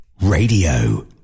Radio